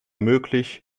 möglich